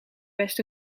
best